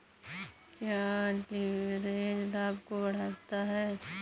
क्या लिवरेज लाभ को बढ़ाता है?